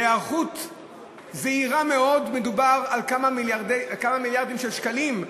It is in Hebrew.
בהערכה זהירה מאוד מדובר על כמה מיליארדים של שקלים,